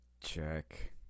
check